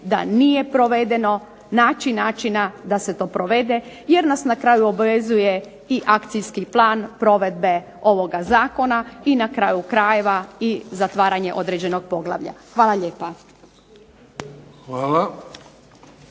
da nije provedeno, naći načina da se to provede, jer nas na kraju obavezuje i akcijski plan provedbe ovoga zakona i na kraju krajeva i zatvaranje određenog poglavlja. Hvala lijepa.